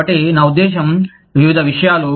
కాబట్టి నా ఉద్దేశ్యం వివిధ విషయాలు